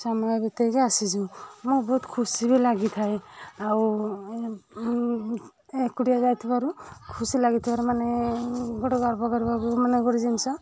ସମୟ ବିତାଇକି ଆସିଛୁ ମୁଁ ବହୁତ ଖୁସି ବି ଲାଗିଥାଏ ଆଉ ମୁଁ ଏକୁଟିଆ ଯାଉଥିବାରୁ ଖୁସି ଲାଗିଥିବାରୁ ମାନେ ଗୋଟେ ଗର୍ବ କରିବାର ମାନେ ଗୋଟେ ଜିନିଷ